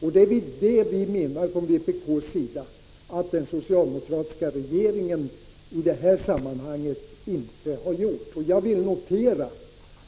Och det är det vi från vpk:s sida menar att den socialdemokratiska regeringen i det här sammanhanget inte har gjort. Jag vill notera